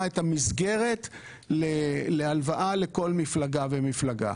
את המסגרת להלוואה לכל מפלגה ומפלגה.